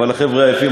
אבל החבר'ה עייפים,